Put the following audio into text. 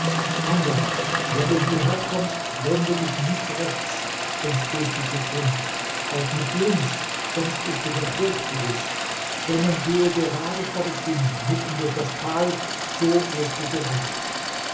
wanderer der du hierher kommst wende dich nicht rechts sonst gehst du zugrunde auch nicht links sonst ist dir der tod gewiß sondern gehe gerade vor dich hin mitten durch das tal so wirst du gerettet